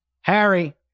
Harry